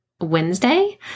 Wednesday